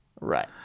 Right